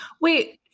wait